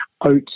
oats